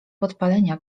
podpalenia